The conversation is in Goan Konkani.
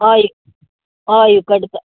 हय हय करता